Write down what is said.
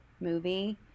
movie